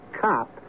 cop